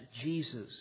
Jesus